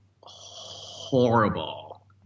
horrible